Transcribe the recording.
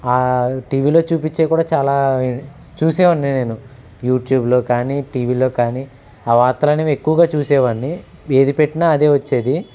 టీవిలో చూపిచ్చే కూడా చాలా చూసేవాన్ని నేను యూట్యూబ్లో కానీ టీవీలో కానీ ఆ వార్తలనేవి ఎక్కువగా చూసేవాన్ని ఏది పెట్టినా అదే వచ్చేది